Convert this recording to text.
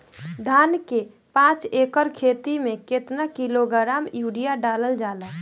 धान के पाँच एकड़ खेती में केतना किलोग्राम यूरिया डालल जाला?